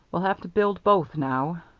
we'll have to build both now.